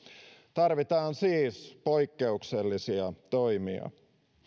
tarvitaan siis poikkeuksellisia toimia